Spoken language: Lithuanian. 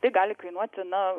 tai gali kainuoti na